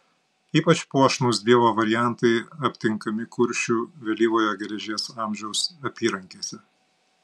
ypač puošnūs dievo variantai aptinkami kuršių vėlyvojo geležies amžiaus apyrankėse